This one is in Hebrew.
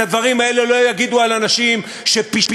את הדברים האלה לא יגידו על אנשים שפשעם